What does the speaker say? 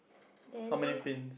then